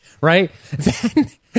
right